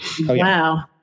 Wow